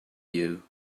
you